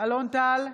אלון טל,